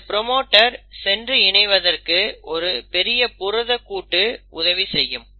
இந்த ப்ரோமோட்டர் சென்று இணைவதற்கு ஒரு பெரிய புரத கூட்டு உதவி செய்யும்